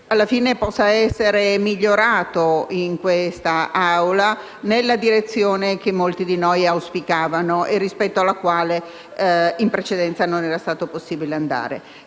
alla fine possa essere migliorato da questa Assemblea nella direzione che molti di noi auspicavano e rispetto alla quale in precedenza non era stato possibile andare.